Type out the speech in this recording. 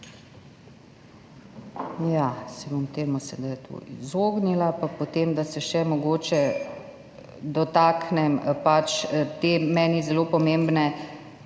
Ja. Se bom temu sedaj tu izognila, da se še mogoče dotaknem meni zelo pomembne